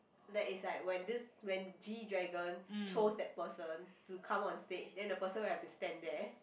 that is like when this when G-dragon chose that person to come on stage then the person will have to stand there